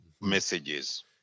messages